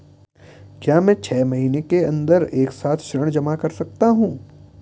क्या मैं छः महीने के अन्दर एक साथ ऋण जमा कर सकता हूँ?